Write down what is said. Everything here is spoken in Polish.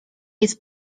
jest